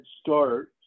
start